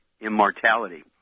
immortality